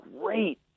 great